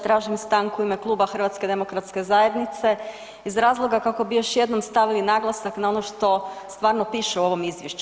Tražim stanku u ime kluba HDZ-a iz razloga kako bi još jednom stavili naglasak na ono što stvarno piše u ovom izvješću.